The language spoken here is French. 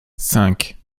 cinq